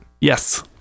Yes